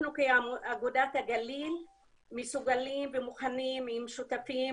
אנחנו כאגודת הגליל מסוגלים ומוכנים עם שותפים